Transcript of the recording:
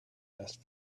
asked